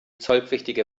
zollpflichtige